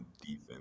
defense